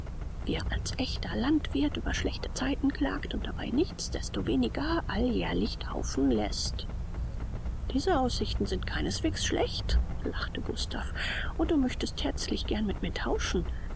wie er als echter landwirt über schlechte zeiten klagt und dabei nichts destoweniger alljährlich taufen läßt diese aussichten sind keinesweges schlecht lachte gustav und du möchtest herzlich gern mit mir tauschen